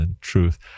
truth